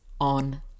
on